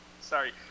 sorry